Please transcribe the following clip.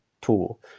tool